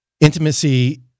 Intimacy